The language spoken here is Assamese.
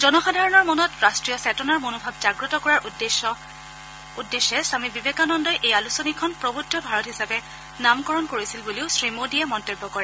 জনসাধাৰণৰ মনত ৰাষ্ট্ৰীয় চেতনাৰ মনোভাৱ জাগ্ৰত কৰাৰ উদ্দেশ্যে স্বামী বিবেকানন্দই এই আলোচনীখন প্ৰবুদ্ধ ভাৰত হিচাপে নামকৰণ কৰিছিল বুলিও শ্ৰী মোডীয়ে মন্তব্য কৰে